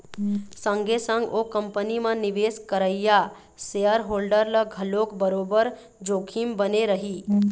संगे संग ओ कंपनी म निवेश करइया सेयर होल्डर ल घलोक बरोबर जोखिम बने रही